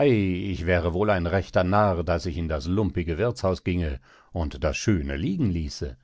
ich wär wohl ein rechter narr daß ich in das lumpige wirthshaus ginge und das schöne liegen ließe